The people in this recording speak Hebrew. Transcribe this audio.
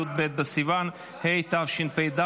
י"ב בסיוון התשפ"ד,